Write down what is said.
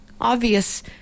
obvious